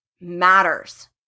matters